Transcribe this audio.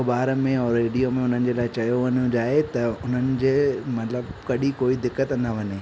अख़बार में ऐं रेडियो में उन्हनि जे लाइ चयो वञो जाए त उन्हनि जे मतिलबु कॾी कोई दिक़त न वञे